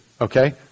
Okay